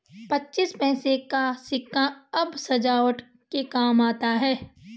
पच्चीस पैसे का सिक्का अब सजावट के काम आता है